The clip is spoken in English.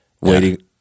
waiting